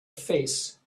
face